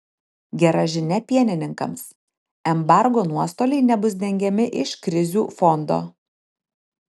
gera žinia pienininkams embargo nuostoliai nebus dengiami iš krizių fondo